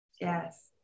Yes